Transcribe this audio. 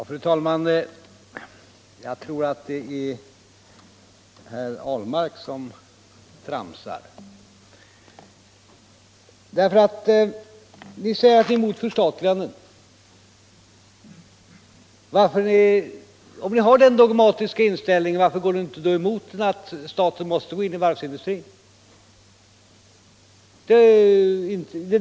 Fru talman! Jag tror att det är herr Ahlmark som tramsar. Ni säger att ni är emot förstatliganden. Om ni har den dogmatiska inställningen, varför är ni inte då emot att staten går in i varvsindustrin?